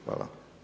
Hvala.